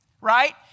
right